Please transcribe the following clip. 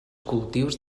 cultius